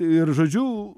ir žodžiu